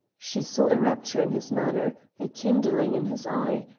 she saw a rapture in his manner, a kindling in his eye,